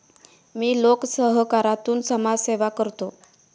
मी लोकसहकारातून समाजसेवा करतो